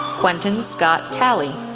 quentin scott talley,